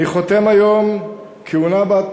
אני חותם היום כהונה בת